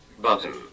Button